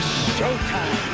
showtime